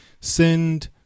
send